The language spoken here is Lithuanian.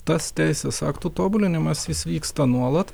tas teisės aktų tobulinimas jis vyksta nuolat